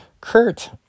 Kurt